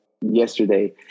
yesterday